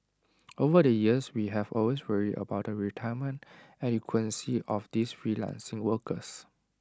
over the years we have always worried about the retirement adequacy of these freelancing workers